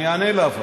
אבל אני אענה לה.